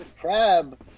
Crab